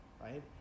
right